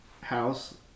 house